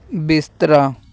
ਬਿਸਤਰਾ